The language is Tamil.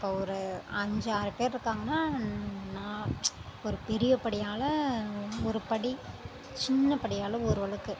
இப்போ ஒரு அஞ்சு ஆறு பேர் இருக்காங்கனா நான் ஒரு பெரிய படியால் ஒரு படி சின்ன படியால் ஓர் உளக்கு